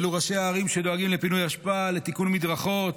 ראשי הערים הם שדואגים לפינוי האשפה ולתיקון המדרכות,